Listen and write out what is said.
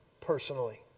personally